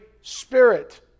spirit